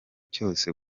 cyose